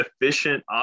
efficient